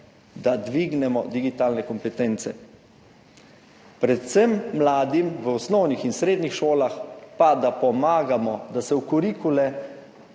da dvignemo digitalne kompetence. Predvsem mladim v osnovnih in srednjih šolah pa da pomagamo, da se v uradne